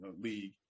league